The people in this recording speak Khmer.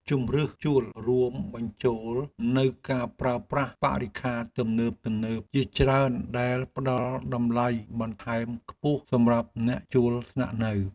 ជម្រើសជួលរួមបញ្ចូលនូវការប្រើប្រាស់បរិក្ខារទំនើបៗជាច្រើនដែលផ្តល់តម្លៃបន្ថែមខ្ពស់សម្រាប់អ្នកជួលស្នាក់នៅ។